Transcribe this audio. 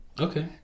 okay